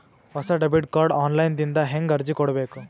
ಹೊಸ debit card online ದಿಂದ ಹೇಂಗ ಅರ್ಜಿ ಕೊಡಬೇಕು?